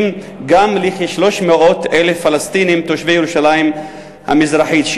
גם לכ-300,000 פלסטינים תושבי ירושלים המזרחית.